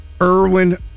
Irwin